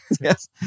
Yes